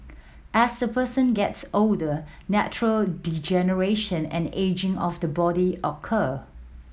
as a person gets older natural degeneration and ageing of the body occur